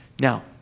Now